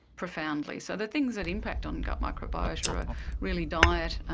profoundly. so the things that impact on gut microbiota are really diet,